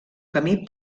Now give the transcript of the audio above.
camí